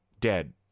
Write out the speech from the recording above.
dead